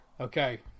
Okay